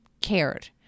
cared